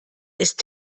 ist